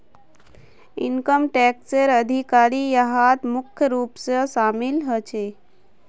income टैक्सेर अधिकारी यहात मुख्य रूप स शामिल ह छेक